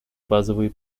базовые